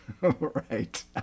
Right